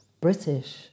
British